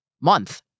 month